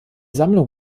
sammlung